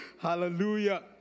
Hallelujah